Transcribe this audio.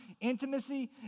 intimacy